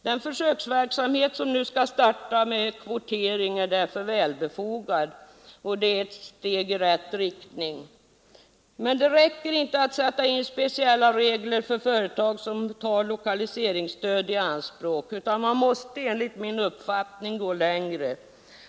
Den försöksverksamhet med kvotering som nu skall starta är därför befogad och ett steg i rätt riktning. Men det räcker inte att sätta in speciella regler för företag som tar lokaliseringsstöd i anspråk. Man måste enligt min uppfattning gå längre.